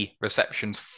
receptions